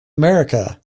america